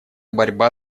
борьба